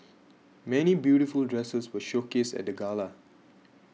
many beautiful dresses were showcased at the gala